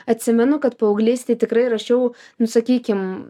atsimenu kad paauglystėj tikrai rašiau nu sakykim